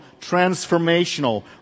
transformational